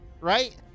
Right